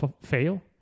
fail